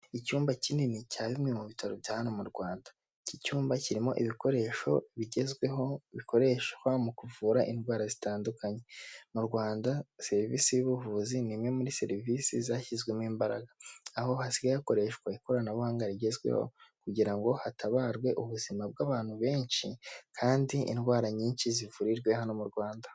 Icyumba kinini cya bimwe mu bitaro bya hano mu Rwanda, iki cyumba kirimo ibikoresho bigezweho bikoreshwa mu kuvura indwara zitandukanye, mu Rwanda serivisi y'ubuvuzi ni imwe muri serivisi zashyizwemo imbaraga, aho hasigaye hakoreshwa ikoranabuhanga rigezweho kugira ngo hatabarwe ubuzima bw'abantu benshi kandi indwara nyinshi zivurirwe hano mu Rwanda.